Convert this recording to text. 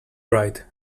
right